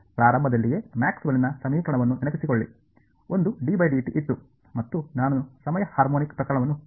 ಪ್ರಾರಂಭದಲ್ಲಿಯೇ ಮ್ಯಾಕ್ಸ್ವೆಲ್ನ ಸಮೀಕರಣವನ್ನು ನೆನಪಿಸಿಕೊಳ್ಳಿ ಒಂದು ಇತ್ತು ಮತ್ತು ನಾನು ಸಮಯ ಹಾರ್ಮೋನಿಕ್ ಪ್ರಕರಣವನ್ನು ಊಹಿಸಿದೆ